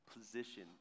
position